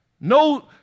No